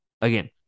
Again